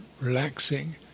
relaxing